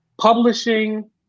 publishing